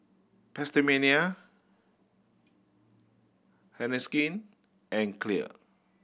PastaMania Heinekein and Clear